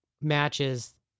matches